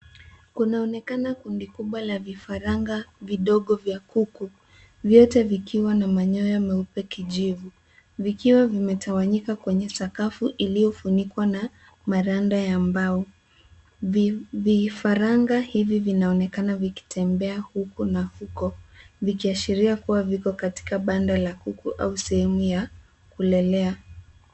Kunaonekana kundi kubwa la vifaranga vidogo vya kuku vyote vikiwa na manyoya meupe kijivu, vikiwa vimetawanyika kwenye sakafu iliyofunikwa na maranda ya mbao. Vifaranga hivi vinaonekana vikitembea huku na huko vikiashiria kua viko katika banda la kuku au sehemu ya kulelea.